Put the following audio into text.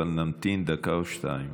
אבל נמתין דקה או שתיים.